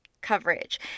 coverage